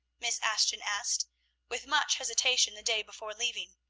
miss ashton asked with much hesitation the day before leaving.